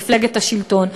מפלגת השלטון,